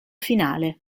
finale